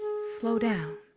slow down.